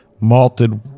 malted